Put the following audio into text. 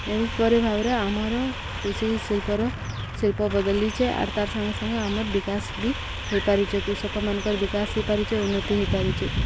ଏପରି ଭାବରେ ଆମର କୃଷି ଶିଳ୍ପର ଶିଳ୍ପ ବଦଳିଛେ ଆର୍ ତାର ସାଙ୍ଗେ ସାଙ୍ଗେ ଆମର ବିକାଶ ବି ହେଇପାରୁଛେ କୃଷକମାନଙ୍କର ବିକାଶ ହେଇପାରୁଛେ ଉନ୍ନତି ହେଇପାରୁଛେ